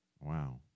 Wow